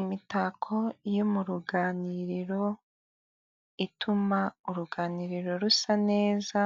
Imitako yo mu ruganiriro ituma uruganiriro rusa neza